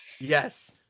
Yes